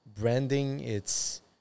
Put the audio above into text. branding—it's